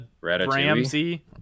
ramsey